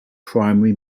primary